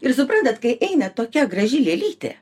ir suprantat kai eina tokia graži lėlytė